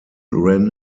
ran